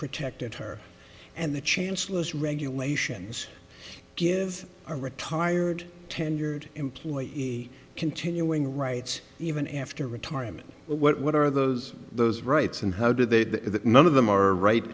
protected her and the chancellor as regulations give a retired tenured employee continuing rights even after retirement what are those those rights and how do they the none of them are right